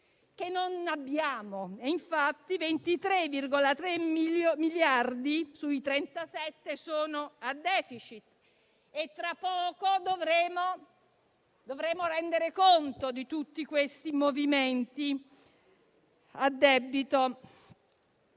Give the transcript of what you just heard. che non abbiamo. Infatti, 23,3 miliardi sui 37 sono a *deficit* e tra poco dovremo rendere conto di tutti questi movimenti a debito.